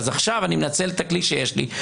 אז עכשיו אני מנצל את הכלי שיש לי,